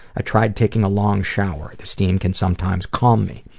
i tried taking a long shower. the steam can sometimes calm me.